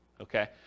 okay